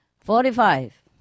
Forty-five